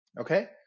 Okay